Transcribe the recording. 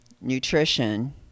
nutrition